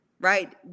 Right